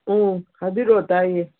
ꯎꯝ ꯍꯥꯏꯕꯤꯔꯛꯑꯣ ꯇꯥꯏꯌꯦ